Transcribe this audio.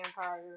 vampire